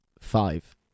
five